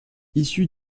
issu